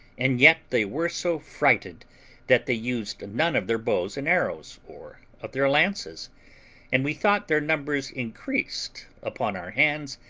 and yet they were so frighted that they used none of their bows and arrows, or of their lances and we thought their numbers increased upon our hands,